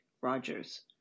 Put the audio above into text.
Rogers